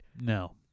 no